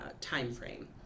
timeframe